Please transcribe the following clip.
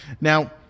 Now